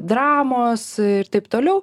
dramos ir taip toliau